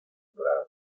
doradas